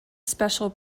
special